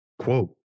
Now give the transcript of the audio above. quote